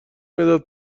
مداد